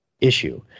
Issue